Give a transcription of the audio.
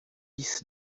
hisse